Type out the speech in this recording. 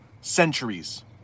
centuries